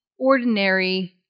ordinary